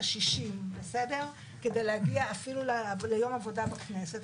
השישים כדי להגיע אפילו ליום עבודה בכנסת,